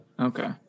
Okay